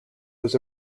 was